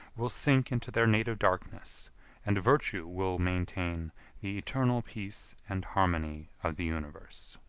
will sink into their native darkness and virtue will maintain the eternal peace and harmony of the universe.